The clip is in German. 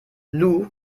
lou